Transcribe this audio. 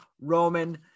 Roman